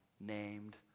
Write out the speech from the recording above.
named